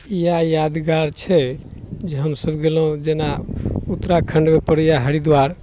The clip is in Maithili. इएह यादगार छै जे हमसभ गेलहुँ जेना उत्तराखण्डमे पड़ैया हरिद्वार